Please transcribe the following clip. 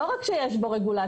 לא רק שיש בו רגולציה,